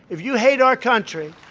if you hate our country.